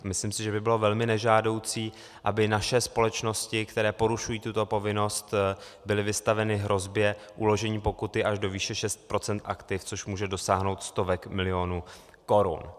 Myslím si, že by bylo velmi nežádoucí, aby naše společnosti, které porušují tuto povinnost, byly vystaveny hrozbě uložení pokuty až do výše 6 % aktiv, což může dosáhnout stovek milionů korun.